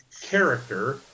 character